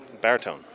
baritone